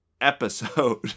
episode